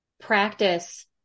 practice